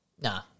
nah